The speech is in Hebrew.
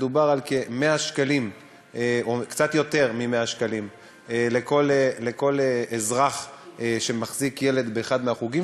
מדובר על קצת יותר מ-100 שקלים לכל אזרח שמחזיק ילד באחד מהחוגים,